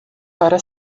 para